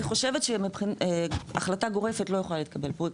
אני חושבת שמבחינת החלטה גורפת לא יכולה להתקבל פה,